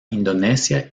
indonesia